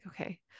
okay